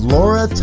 Laura